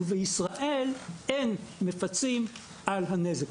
ובישראל אין מפצים על הנזק.